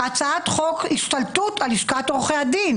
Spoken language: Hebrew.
הצעת חוק השתלטות על לשכת עורכי הדין